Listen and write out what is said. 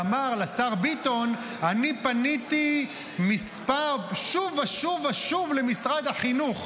ואמר לשר ביטון: אני פניתי שוב ושוב ושוב למשרד החינוך,